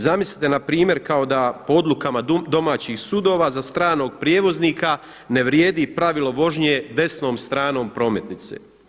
Zamislite na primjer kao da po odlukama domaćih sudova za stranog prijevoznika ne vrijedi pravilo vožnje desnom stranom prometnice.